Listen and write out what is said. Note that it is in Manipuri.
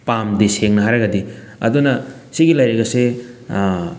ꯄꯥꯝꯗꯦ ꯁꯦꯡꯅ ꯍꯥꯏꯔꯒꯗꯤ ꯑꯗꯨꯅ ꯁꯤꯒꯤ ꯂꯥꯏꯔꯤꯛ ꯑꯁꯦ